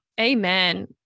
Amen